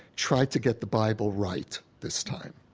try to get the bible right this time.